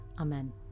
Amen